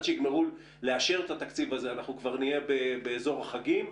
שיגמרו לאשר את התקציב אנחנו כבר נהיה קרובים לחגי תשרי.